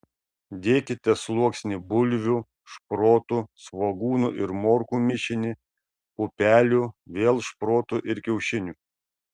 dėkite sluoksnį bulvių šprotų svogūnų ir morkų mišinį pupelių vėl šprotų ir kiaušinių